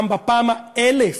גם בפעם האלף,